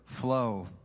flow